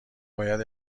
باید